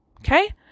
Okay